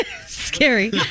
Scary